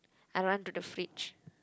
I run to the fridge